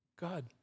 God